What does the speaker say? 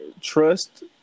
trust